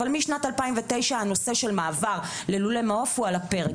אבל משנת 2009 הנושא של מעבר ללולי מעוף הוא על הפרק.